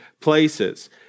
places